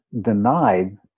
denied